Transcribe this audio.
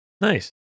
Nice